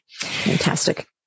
Fantastic